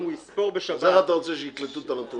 אם הוא יספור בשבת --- אז איך אתה רוצה שיקלטו את הנתון?